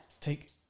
take